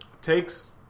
takes